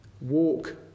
Walk